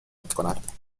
میکند